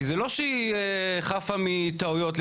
זה לא שהיא חפה מטעויות.